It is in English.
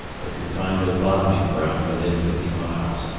but could find no bottoming ground within fifty miles,